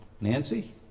Nancy